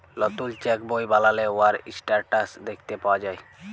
লতুল চ্যাক বই বালালে উয়ার ইসট্যাটাস দ্যাখতে পাউয়া যায়